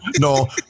no